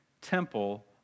temple